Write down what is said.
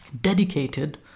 dedicated